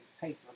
paper